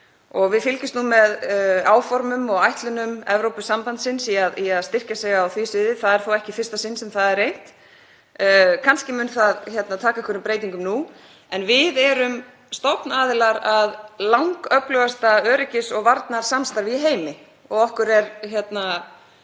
Við fylgjumst nú með áformum og áætlunum Evrópusambandsins um að styrkja sig á því sviði. Það er þó ekki í fyrsta sinn sem það er reynt. Kannski mun það taka einhverjum breytingum nú. Við erum stofnaðilar að langöflugasta öryggis- og varnarsamstarfi í heimi og þar gengur